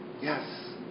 Yes